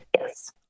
yes